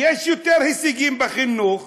יש יותר הישגים בחינוך,